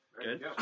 Good